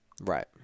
Right